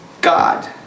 God